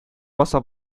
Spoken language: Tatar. баса